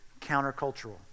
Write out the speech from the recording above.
countercultural